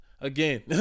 again